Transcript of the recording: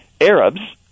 Arabs